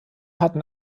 hatten